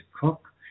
cook